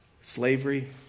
Slavery